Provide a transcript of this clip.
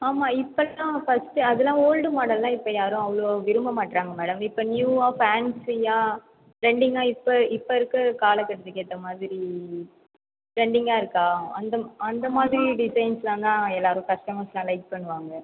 ஆமாம் இப்போதான் ஃபஸ்ட்டு அதெல்லாம் ஓல்டு மாடல்லாம் இப்போ யாரும் அவ்வளோவா விரும்பமாட்றாங்கள் மேடம் இப்போ நியூவாக ஃபேன்ஸியாக ட்ரெண்டிங்காக இப்போ இப்போ இருக்கிற காலக்கட்டத்துக்கு ஏற்ற மாதிரி ட்ரெண்டிங்காக இருக்கா அந்த மா அந்த மாதிரி டிசைன்ஸ்லாம் தான் எல்லாரும் கஸ்டமர்ஸ்லாம் லைக் பண்ணுவாங்கள்